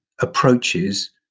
approaches